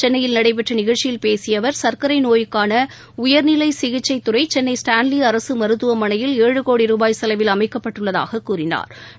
சென்னையில் நடைபெற்ற நிகழ்ச்சியில் பேசிய அவர் சர்க்கரை நோய்க்கான உயர்நிலை சிகிச்சைத்துறை சென்னை ஸ்டான்லி அரசு மருத்துவமனையில் ஏழு கோடி ரூபாய் செலவில் அமைக்கப்பட்டுள்ளதாகக் கூறினாா்